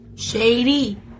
Shady